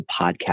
Podcast